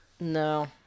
No